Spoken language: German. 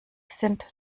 sind